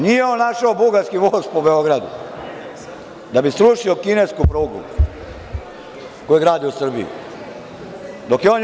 Nije on našao bugarski voz po Beogradu, da bi srušio kinesku prugu koju grade u Srbiji.